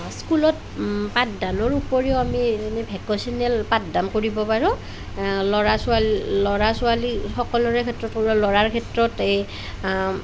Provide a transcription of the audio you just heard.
স্কুলত পাঠদানৰ উপৰিও আমি এনেই ভেকেশ্যনেল পাঠদান কৰিব পাৰোঁ ল'ৰা ছোৱালী ল'ৰা ছোৱালী সকলোৰে ক্ষেত্ৰতো ল'ৰাৰ ক্ষেত্ৰত এই